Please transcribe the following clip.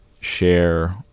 share